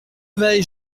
veille